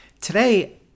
Today